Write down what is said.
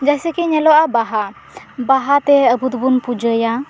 ᱡᱮᱥᱮᱠᱤ ᱧᱮᱞᱚᱜᱼᱟ ᱵᱟᱦᱟ ᱵᱟᱦᱟ ᱛᱮ ᱟᱵᱚ ᱫᱚᱵᱚᱱ ᱯᱩᱡᱟᱹᱭᱟ